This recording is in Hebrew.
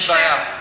אין לי בעיה.